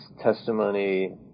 testimony